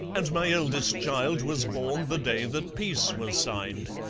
and my eldest child was born the day that peace was signed,